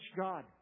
God